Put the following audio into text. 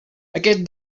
aquests